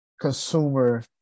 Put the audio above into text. consumer